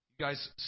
guys